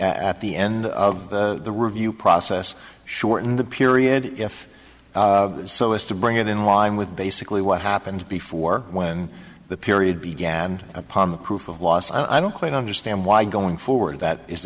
at the end of the review process shorten the period if so as to bring it in line with basically what happened before when the period began upon the proof of loss i don't quite understand why going forward that